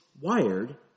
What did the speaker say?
wired